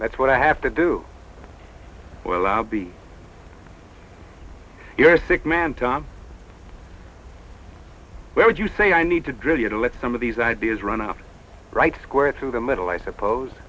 that's what i have to do well i'll be your sick man tom where would you say i need to drill you to let some of these ideas run off right square through the middle i suppose